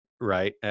right